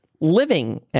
living